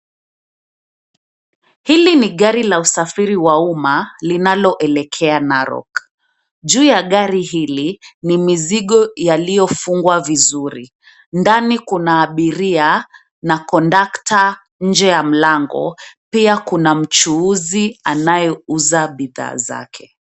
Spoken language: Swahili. Hili ni gari la usafiri wa umma linaloelekea Narok. Juu ya gari hili ni mizigo yaliyofungwa vizuri. Ndani kuna abiria na kondakta nje ya mlango, pia kuna mchuuzi anayeuza bidhaa zake.